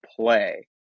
play